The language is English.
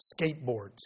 skateboards